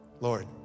Lord